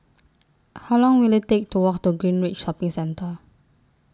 How Long Will IT Take to Walk to Greenridge Shopping Centre